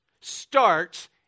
starts